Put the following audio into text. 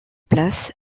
place